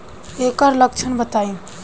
एकर लक्षण बताई?